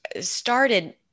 started